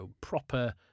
proper